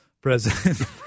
President